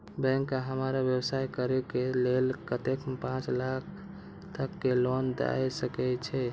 Bank का हमरा व्यवसाय करें के लेल कतेक पाँच लाख तक के लोन दाय सके छे?